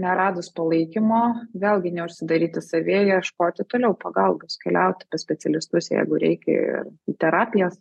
neradus palaikymo vėlgi neužsidaryti savyje ieškoti toliau pagalbos keliauti pas specialistus jeigu reikia ir terapijas